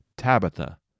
Tabitha